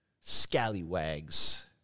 Scallywags